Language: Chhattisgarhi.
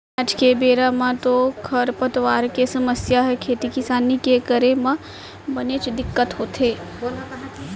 आज के बेरा म तो खरपतवार के समस्या ह खेती किसानी के करे म बनेच दिक्कत होथे